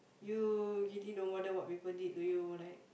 you really don't wonder what people did to you right